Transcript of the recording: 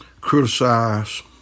criticize